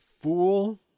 fool